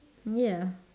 ya